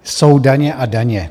Jsou daně a daně.